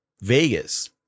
Vegas